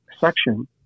section